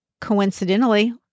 coincidentally